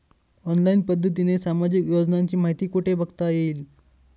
Online पद्धतीने सामाजिक योजनांची माहिती कुठे बघता येईल?